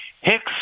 Hicks